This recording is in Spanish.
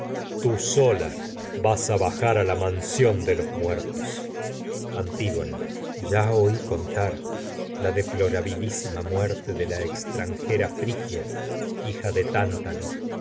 tú sola vas a bajar la mansión de los muertos antígona de la ya oi contar la deplorabilísima muerte extranjera frigia hija de tántalo en